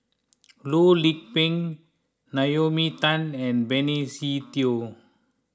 Loh Lik Peng Naomi Tan and Benny Se Teo